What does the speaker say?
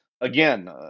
Again